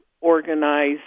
organize